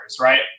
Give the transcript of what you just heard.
right